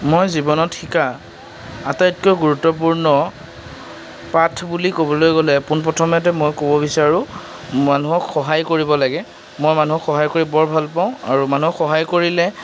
মই জীৱনত শিকা আটাইতকৈ গুৰুত্বপূৰ্ণ পাঠ বুলি ক'বলৈ গ'লে পোন প্ৰথমেতে মই ক'ব বিচাৰো মানুহক সহায় কৰিব লাগে মই মানুহক সহায় কৰি বৰ ভালপাওঁ আৰু মানুহক সহায় কৰিলে